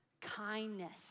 kindness